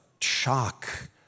shock